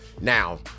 now